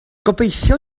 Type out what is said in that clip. gobeithio